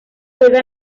juega